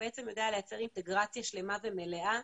הוא בעצם יודע לייצר אינטגרציה שלמה ומלאה.